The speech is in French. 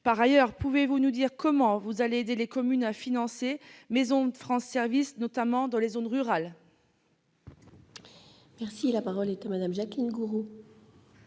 Par ailleurs, pouvez-vous nous dire comment vous allez aider les communes à financer ces maisons France services, notamment dans les zones rurales ? La parole est à Mme la ministre.